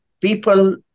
people